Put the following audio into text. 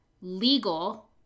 legal